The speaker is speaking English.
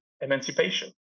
emancipation